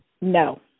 No